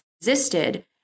existed